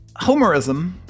Homerism